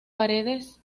paredes